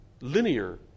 linear